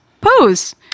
Pose